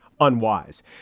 unwise